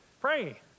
Pray